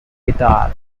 guitar